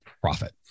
profit